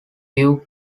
view